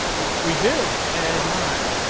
we did and why.